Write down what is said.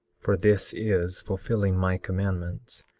for this is fulfilling my commandments,